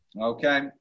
Okay